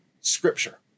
scripture